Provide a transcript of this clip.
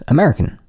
American